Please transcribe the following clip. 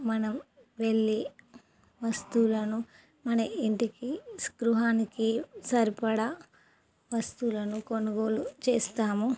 మనం వెళ్ళి వస్తువులను మన ఇంటికి గృహానికి సరిపడ వస్తువులను కొనుగోలు చేస్తాము